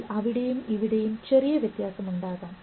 അതിൽ അവിടെയുമിവിടെയും ചെറിയ വ്യത്യാസം ഉണ്ടാകും